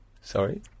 Sorry